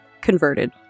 converted